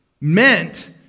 meant